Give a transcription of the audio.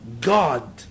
God